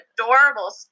adorable